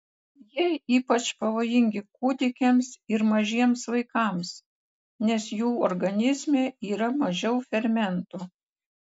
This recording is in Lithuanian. jie ypač pavojingi kūdikiams ir mažiems vaikams nes jų organizme yra mažiau fermentų